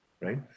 right